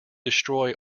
destroy